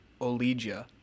Olegia